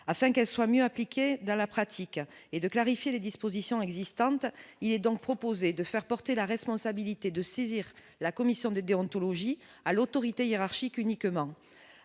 afin qu'elle soit mieux appliquée dans la pratique et de clarifier les dispositions existantes, il est donc proposé de faire porter la responsabilité de saisir la commission de déontologie à l'autorité hiérarchique uniquement